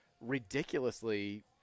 ridiculously